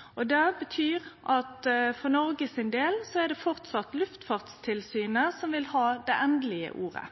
luftfartsavtaler. Det betyr at for Noreg er det fortsatt Luftfartstilsynet som vil ha det endelege ordet.